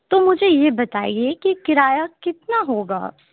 تو مجھے یہ بتائیے کہ کرایہ کتنا ہوگا